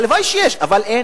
הלוואי שיש, אבל אין.